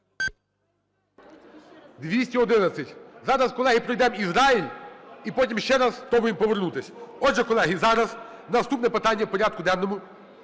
За-211 Зараз, колеги, пройдемо Ізраїль і потім ще раз спробуємо повернутись. Отже, колеги, зараз наступне питання в порядку денному